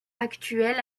actuels